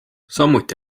samuti